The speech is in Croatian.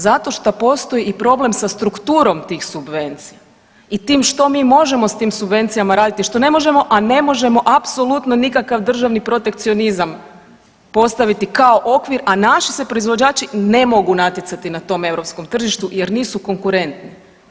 Zato što postoji i problem sa strukturom tih subvencija i tim što mi možemo s tim subvencijama raditi, što ne možemo, a ne možemo apsolutno nikakav državni protekcionizam postaviti kao okvir, a naši se proizvođači ne mogu natjecati na tom europskom tržištu jer nisu konkurentni.